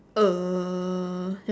uh